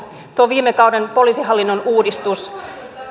tuo viime kauden poliisihallinnon uudistus